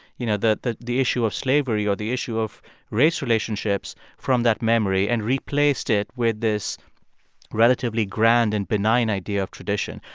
you know, the the issue of slavery or the issue of race relationships from that memory and replaced it with this relatively grand and benign idea of tradition.